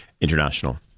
international